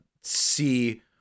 see